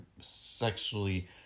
sexually